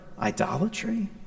idolatry